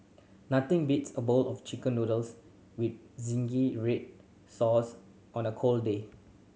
nothing beats a bowl of Chicken Noodles with zingy red sauce on a cold day